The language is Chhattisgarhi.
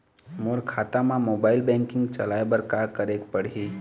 मोर खाता मा मोबाइल बैंकिंग चलाए बर का करेक पड़ही?